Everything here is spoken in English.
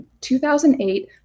2008